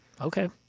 Okay